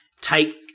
take